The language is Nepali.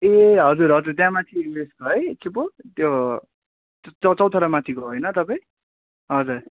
ए हजुर हजुर त्यहाँ माथि उयोको है के पो त्यो त्यो चौ चौतारा माथि होइन तपाईँ हजुर